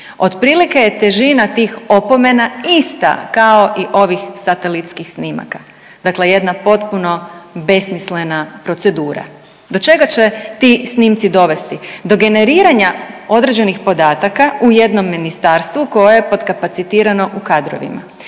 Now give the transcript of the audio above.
Otprilike je težina tih opomena ista kao i ovih satelitskih snimaka. Dakle, jedna potpuno besmislena procedura. Do čega će ti snimci dovesti? Do generiranja određenih podataka u jednom ministarstvu koje je potkapacitirano u kadrovima.